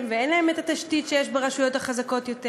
ואין להן התשתית שיש ברשויות החזקות יותר.